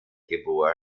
geboren